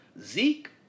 Zeke